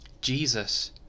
Jesus